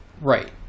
right